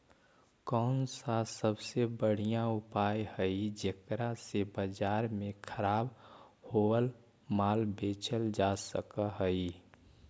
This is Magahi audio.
कौन सा सबसे बढ़िया उपाय हई जेकरा से बाजार में खराब होअल माल बेचल जा सक हई?